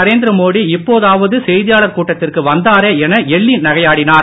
நரேந்திர மோடி இப்போதாவது செய்தியாளர் கூட்டத்திற்கு வந்தாரே என எள்ளி நகையாடினார்